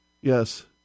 Yes